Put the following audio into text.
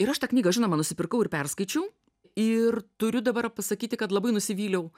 ir aš tą knygą žinoma nusipirkau ir perskaičiau ir turiu dabar pasakyti kad labai nusivyliau